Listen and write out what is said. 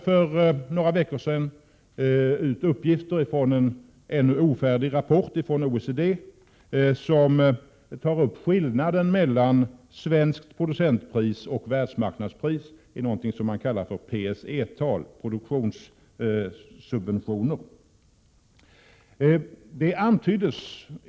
För några veckor sedan kom det ut uppgifter från en ännu inte färdig rapport inom OECD som tar upp skillnaden mellan svenskt producentpris och världsmarknadspris i något som man kallar PSE-tal, produktionssubventioner.